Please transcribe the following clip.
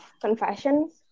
confessions